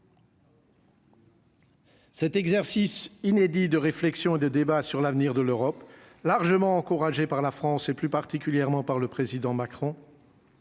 Cet exercice. Inédit de réflexion et de débat sur l'avenir de l'Europe, largement encouragée par la France et plus particulièrement par le président Macron